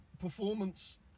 performance